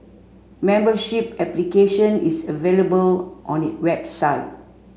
membership application is available on it website